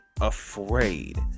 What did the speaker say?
afraid